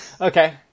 Okay